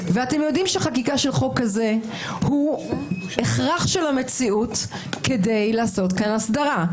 אתם יודעים שחקיקה של חוק כזה היא הכרח של המציאות כדי לעשות כאן הסדרה.